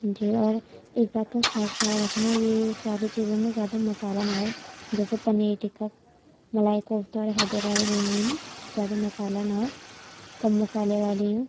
جی اور ایک بات کا خاص خیال رکھنا یہ ساری چیزوں میں زیادہ مسالہ نہ ہو جیسے پنیر ٹکا ملائی کوفتہ اور حیدرآبادی بریانی میں زیادہ مسالہ نہ ہو کم مسالے والی ہو